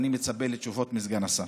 אני מצפה לתשובות מסגן השר.